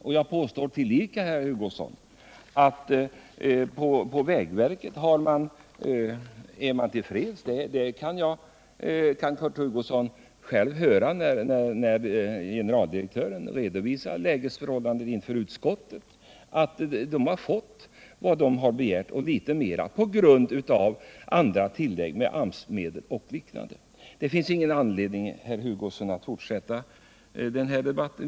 Och jag påstår tillika, herr Hugosson, att på vägverket är man till freds. Det kunde Kurt Hugosson själv höra när generaldirektören redovisade läget inför utskottet. Verket har fått vad man begärt, och litet mera på grund av AMS-medel och liknande. Det finns ingen anledning, herr Hugosson, att fortsätta den här debatten.